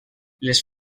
les